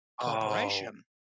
corporation